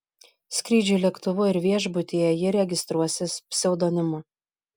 skrydžiui lėktuvu ir viešbutyje ji registruosis pseudonimu